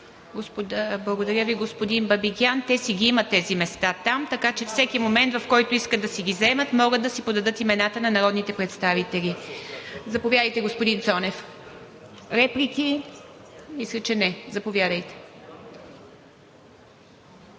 Благодаря Ви, господин Бабикян. Те си ги имат тези места там, така че всеки момент, в който искат да си ги заемат, могат да си подадат имената на народните представители. Реплики? Мисля, че не. Заповядайте,